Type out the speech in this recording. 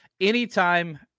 anytime